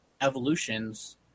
evolutions